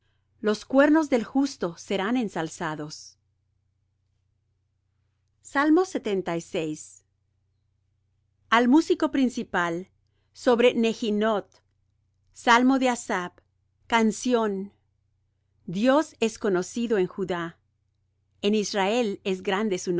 los cuernos del justo serán ensalzados al músico principal sobre neginoth salmo de asaph canción dios es conocido en judá en israel es grande